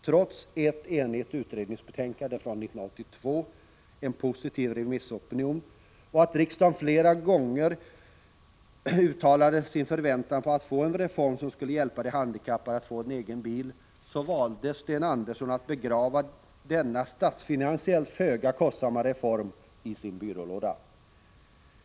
Trots ett enigt utredningsbetänkande från 1982 och en positiv remissopinion och trots att riksdagen flera gånger uttalade att den förväntade sig en reform som skulle hjälpa de handikappade att få en egen bil, valde Sten Andersson att begrava denna, statsfinansiellt sett föga kostsamma reform, i sin byrålåda.